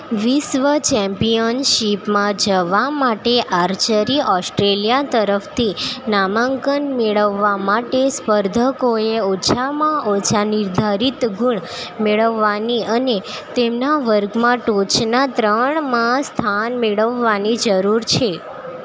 વિશ્વ ચેમ્પિયનશિપમાં જવા માટે આર્ચરી ઓસ્ટ્રેલિયા તરફથી નામાંકન મેળવવા માટે સ્પર્ધકોએ ઓછામાં ઓછા નિર્ધારિત ગુણ મેળવવાની અને તેમના વર્ગમાં ટોચના ત્રણમાં સ્થાન મેળવવાની જરૂર છે